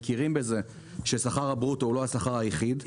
מכירים בזה שהשכר הברוטו הוא לא השכר היחיד,